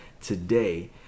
today